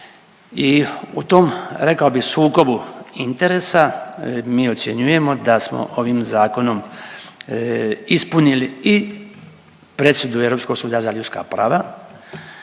I u tom rekao bih sukobu interesa mi ocjenjujemo da smo ovim zakonom ispunili i presudu Europskog suda za ljudska prava